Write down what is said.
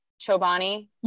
Chobani